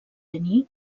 denis